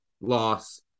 loss